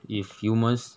if humans